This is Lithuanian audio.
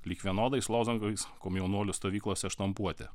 lyg vienodais lozungais komjaunuolių stovyklose štampuoti